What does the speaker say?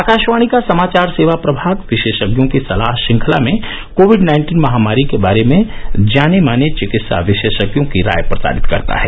आकाशवाणी का समाचार सेवा प्रभाग विशेषज्ञों की सलाह श्रंखला में कोविड नाइन्टीन महामारी के बारे में जाने माने चिकित्सा विशेषज्ञों की राय प्रसारित करता है